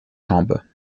jambes